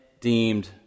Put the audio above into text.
deemed